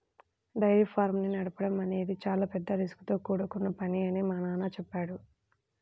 dairy farms ని నడపడం అనేది చాలా పెద్ద రిస్కుతో కూడుకొన్న పని అని మా నాన్న చెప్పాడు